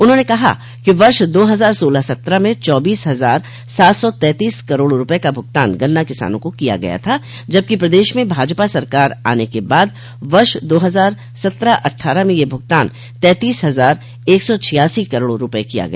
उन्होंने कहा कि वर्ष दो हजार सोलह सत्रह म चौबीस हजार सात सौ तैतीस करोड़ रूपये का भुगतान गन्ना किसानों को किया गया था जबकि प्रदेश में भाजपा सरकार आने के बाद वर्ष दो हजार सत्रह अट्ठारह में यह भुगतान तैतीस हजार एक सौ छियासी करोड़ रूपये किया गया